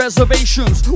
Reservations